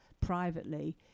privately